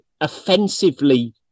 offensively